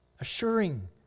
assuring